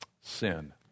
sin